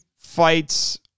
fights